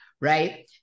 right